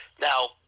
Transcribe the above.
Now